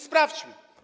Sprawdźmy.